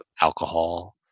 alcohol